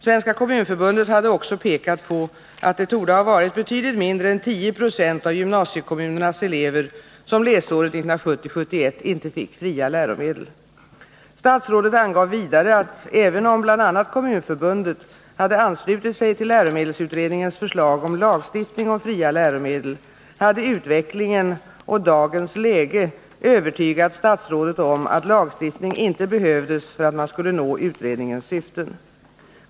Svenska kommunförbundet hade också pekat på att det torde ha varit betydligt mindre än 10 26 av gymnasiekommunernas elever som läsåret 1970/71 inte fick fria läromedel. Statsrådet angav vidare, att även om bl.a. Kommunförbundet hade anslutit sig till läromedelsutredningens förslag om lagstiftning om fria läromedel, så hade utvecklingen och ”dagens läge” övertygat statsrådet om att lagstiftning inte behövdes för att man skulle nå utredningens syften.